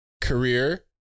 career